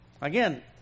Again